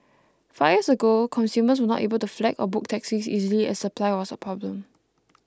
five years ago consumers were not able to flag or book taxis easily as supply was a problem